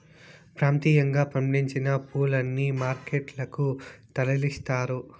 ప్రాంతీయంగా పండించిన పూలని మార్కెట్ లకు తరలిస్తారు